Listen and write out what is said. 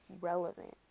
relevant